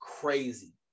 crazy